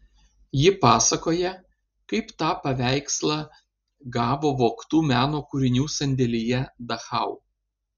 ji pasakoja kaip tą paveikslą gavo vogtų meno kūrinių sandėlyje dachau